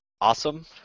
awesome